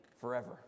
forever